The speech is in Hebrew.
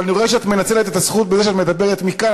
אבל אני רואה שאת מנצלת את הזכות בזה שאת מדברת מכאן,